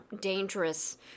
dangerous